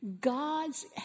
God's